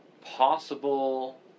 possible